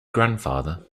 grandfather